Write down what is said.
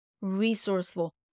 resourceful